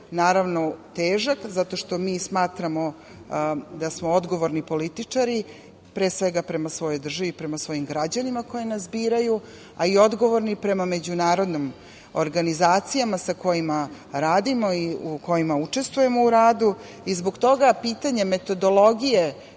nas je težak, zato što mi smatramo da smo odgovorni političari, pre svega prema svojoj državi i prema svojim građanima koji nas biraju, a i odgovorni prema međunarodnim organizacijama sa kojima radimo i u kojima učestvujemo u radu i zbog toga pitanje metodologije